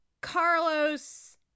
Carlos